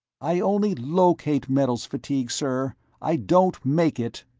i only locate metals fatigue, sir i don't make it!